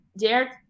Derek